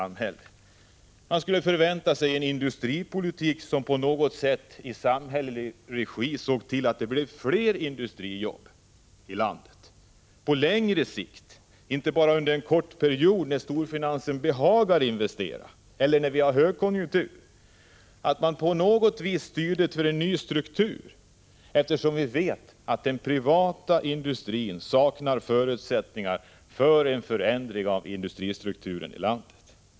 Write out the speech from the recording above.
Man skulle förvänta sig en industripolitik som i samhällelig regi såg till att det blev fler industrijobb. På längre sikt, inte bara under en kort period när storfinansen behagar investera eller när vi har högkonjunktur, kan man förvänta sig att samhället skapar styrmedel för att få till stånd en ny struktur, eftersom vi vet att den privata industrin saknar förutsättningar för en förändring av industristrukturen i landet.